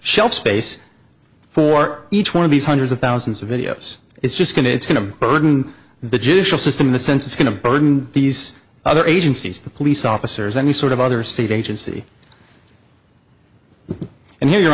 shelf space for each one of these hundreds of thousands of videos it's just going it's going to burden the judicial system in the sense it's going to burden these other agencies the police officers any sort of other state agency and here